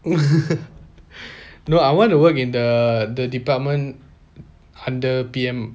no I wanna work in the the department under P_M